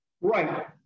Right